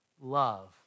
love